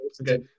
Okay